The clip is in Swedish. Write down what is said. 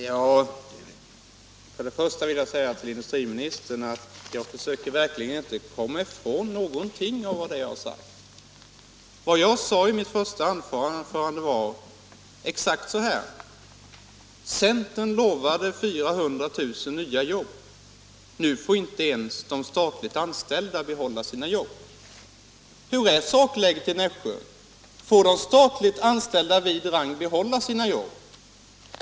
Herr talman! Jag vill först säga till industriministern att jag verkligen inte försöker komma ifrån någonting av det som jag har sagt. Vad jag sade i mitt första anförande var exakt följande: Centern lovade 400 000 nya jobb. Nu får inte ens de statligt anställda behålla sina jobb. Hur är sakläget i Nässjö? Får de statligt anställda vid Rang behålla sina jobb?.